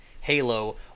Halo